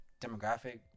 demographic